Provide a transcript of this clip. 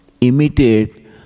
imitate